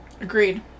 Agreed